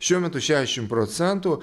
šiuo metu šešišim procentų